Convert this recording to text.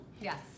Yes